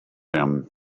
him